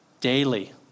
daily